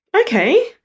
okay